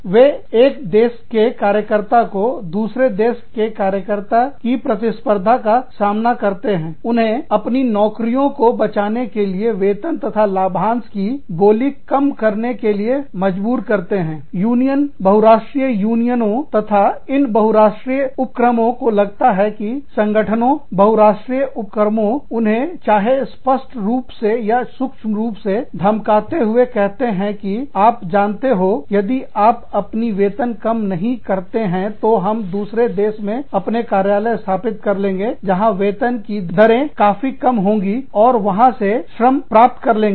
वे एक देश के कार्यकर्ता को जो दूसरे देश के कार्यकर्ता की प्रतिस्पर्धा का सामना करते हैं उन्हें अपनी नौकरियों को बचाने के लिए वेतन तथा लाभांश की बोली कम करने के लिए मजबूर करते हैं यूनियन बहुराष्ट्रीय यूनियनों तथा इन बहुराष्ट्रीय उपक्रमों को लगता है कि संगठनों बहुराष्ट्रीय उपक्रमों उन्हें चाहे स्पष्ट रूप में या सूक्ष्म रूप से धमकाते हुए कहते हैं कि आप जानते हो यदि आप अपनी वेतन कम नहीं करते हैं तो हम दूसरे देश में अपने कार्यालय स्थापित कर लेंगे जहां वेतन की दरे काफी कम होंगी और वहां से श्रम मज़दूर प्राप्त कर लेंगे